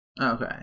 Okay